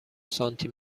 سانتی